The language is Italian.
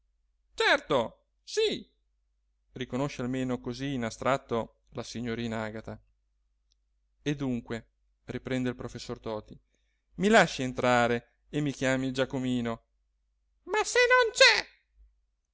certo sì riconosce almeno così in astratto la signorina agata e dunque riprende il professor toti mi lasci entrare e mi chiami giacomino ma se non c'è